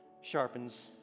sharpens